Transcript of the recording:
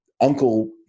Uncle